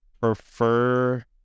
prefer